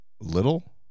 little